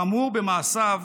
כאמור, במעשיו